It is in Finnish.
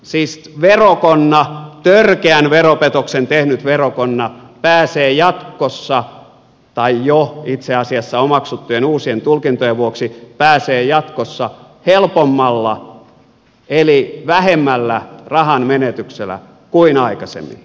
siis verokonna törkeän veropetoksen tehnyt verokonna pääsee jatkossa tai itse asiassa omaksuttujen uusien tulkintojen vuoksi jo nyt helpommalla eli vähemmällä rahan menetyksellä kuin aikaisemmin